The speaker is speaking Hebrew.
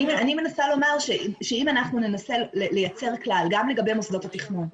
אני מנסה לומר שאם אנחנו ננסה לייצר כלל גם לגבי מוסדות התכנון,